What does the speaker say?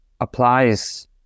applies